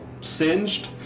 singed